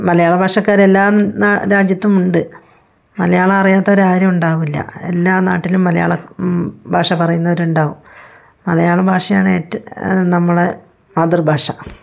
മലയാള ഭാഷക്കാരെല്ലാം രാജ്യത്തുമുണ്ട് മലയാളം അറിയാത്തവരാരും ഉണ്ടാവില്ല എല്ലാ നാട്ടിലും മലയാള ഭാഷ പറയുന്നവരുണ്ടാവും മലയാള ഭാഷയാണ് ഏറ്റ് നമ്മളുടെ മാതൃഭാഷ